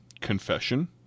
confession